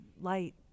light